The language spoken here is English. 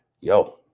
yo